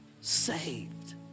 saved